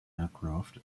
aircraft